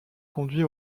conduit